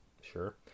Sure